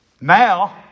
Now